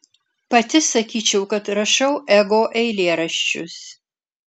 pati sakyčiau kad rašau ego eilėraščius